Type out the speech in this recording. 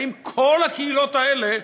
האם כל הקהילות האלה